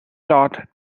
taught